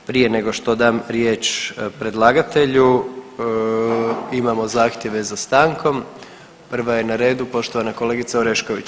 Prije nego što dam riječ predlagatelju imamo zahtjeve za stankom, prva je na redu poštovana kolegica Orešković.